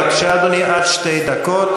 בבקשה, אדוני, עד שתי דקות.